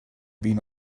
been